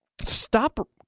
Stop